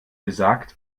besagt